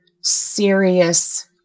serious